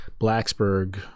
Blacksburg